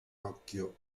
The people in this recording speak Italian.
occhio